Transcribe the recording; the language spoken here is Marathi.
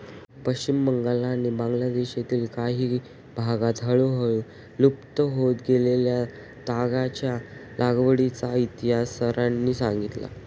पश्चिम बंगाल आणि बांगलादेशातील काही भागांत हळूहळू लुप्त होत गेलेल्या तागाच्या लागवडीचा इतिहास सरांनी सांगितला